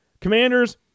Commanders